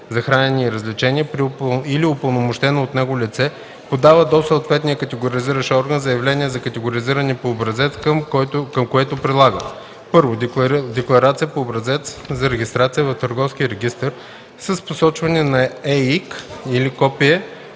за хранене и развлечения, или упълномощено от него лице подава до съответния категоризиращ орган заявление за категоризиране по образец, към което прилага: 1. декларация по образец за регистрация в Търговския регистър с посочване на ЕИК или копия